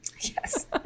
Yes